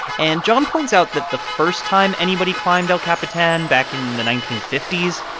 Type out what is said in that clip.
and john points out that the first time anybody climbed el capitan, back in the nineteen fifty s,